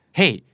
hey